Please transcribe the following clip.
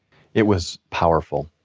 it was powerful.